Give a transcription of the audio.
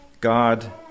God